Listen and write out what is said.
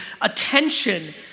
attention